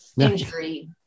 injury